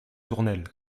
tournelles